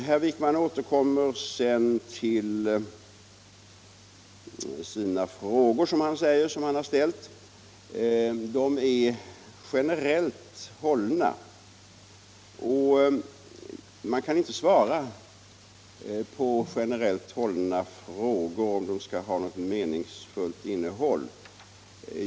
Herr Wijkman återkom sedan till de frågor som han har ställt. De är generellt hållna, och man kan inte svara på generellt hållna frågor, om svaret skall ha något meningsfullt innehåll.